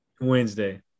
Wednesday